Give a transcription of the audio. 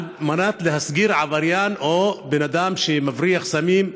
על מנת להסגיר עבריין או בן אדם שמבריח סמים,